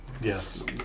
Yes